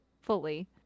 fully